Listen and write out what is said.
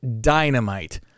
Dynamite